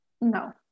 No